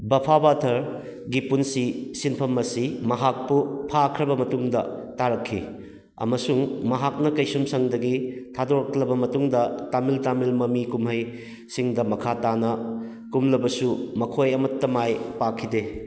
ꯚꯐꯥꯕꯊꯔꯒꯤ ꯄꯨꯟꯁꯤ ꯁꯤꯟꯐꯝ ꯑꯁꯤ ꯃꯍꯥꯛꯄꯨ ꯐꯥꯈ꯭ꯔꯕ ꯃꯇꯨꯡꯗ ꯇꯥꯔꯛꯈꯤ ꯑꯃꯁꯨꯡ ꯃꯍꯥꯛꯅ ꯀꯩꯁꯨꯝꯁꯪꯗꯒꯤ ꯊꯥꯗꯣꯔꯛꯂꯕ ꯃꯇꯨꯡꯗ ꯇꯃꯤꯜ ꯇꯃꯤꯜ ꯃꯃꯤ ꯀꯨꯝꯍꯩꯁꯤꯡꯗ ꯃꯈꯥ ꯇꯥꯅ ꯀꯨꯝꯂꯕꯁꯨ ꯃꯈꯣꯏ ꯑꯃꯇ ꯃꯥꯏ ꯄꯥꯛꯈꯤꯗꯦ